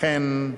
לכן,